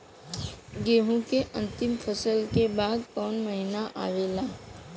गेहूँ के अंतिम फसल के बाद कवन महीना आवेला?